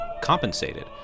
compensated